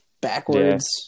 backwards